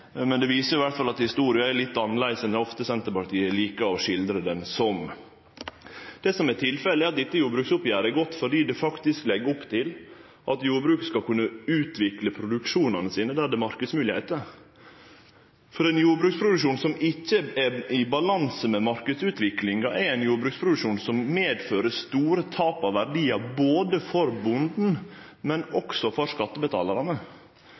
Men det viser iallfall at historia er litt annleis enn Senterpartiet ofte liker å skildre ho som. Det som er tilfellet, er at dette jordbruksoppgjeret er godt fordi det faktisk legg opp til at jordbruket skal kunne utvikle produksjonane sine der det er marknadsmoglegheiter. Den jordbruksproduksjonen som ikkje er i balanse med marknadsutviklinga, er ein jordbruksproduksjon som medfører store tap av verdiar for bonden, men også for skattebetalarane.